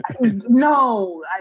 no